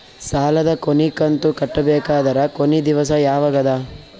ಸಾಲದ ಕೊನಿ ಕಂತು ಕಟ್ಟಬೇಕಾದರ ಕೊನಿ ದಿವಸ ಯಾವಗದ?